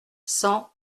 cent